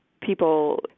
people